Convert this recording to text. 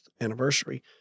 anniversary